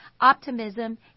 optimism